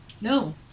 No